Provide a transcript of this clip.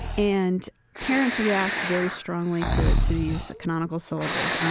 and parents react very strongly to to these canonical syllables.